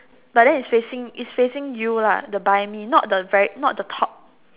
but then it's facing it's facing you lah the buy me not the very not the top